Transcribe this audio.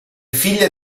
figlia